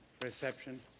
reception